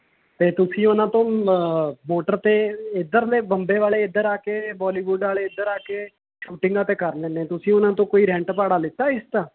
ਅਤੇ ਤੁਸੀਂ ਉਹਨਾਂ ਤੋਂ ਮੋਟਰ 'ਤੇ ਇੱਧਰਲੇ ਬੰਬੇ ਵਾਲੇ ਇੱਧਰ ਆ ਕੇ ਬੋਲੀਵੁੱਡ ਆਲੇ ਇੱਧਰ ਆ ਕੇ ਸ਼ੂਟਿੰਗਾਂ ਤਾਂ ਕਰ ਲੈਂਦੇ ਹੈ ਤੁਸੀਂ ਉਹਨਾਂ ਤੋਂ ਕੋਈ ਰੈਂਟ ਭਾੜਾ ਲਿਆ ਇਸਦਾ